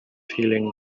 feeling